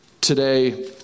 today